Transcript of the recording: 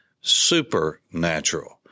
supernatural